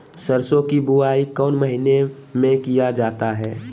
सरसो की बोआई कौन महीने में किया जाता है?